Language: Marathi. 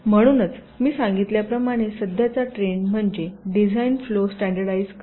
म्हणूनच मी सांगितल्याप्रमाणे सध्याचा ट्रेंड म्हणजे डिझाइन फ्लो स्टॅण्डर्डायझ करणे